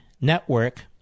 network